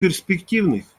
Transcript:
перспективных